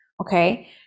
Okay